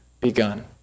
begun